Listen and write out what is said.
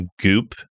goop